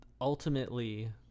ultimately